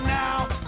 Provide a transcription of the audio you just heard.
now